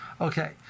Okay